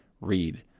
read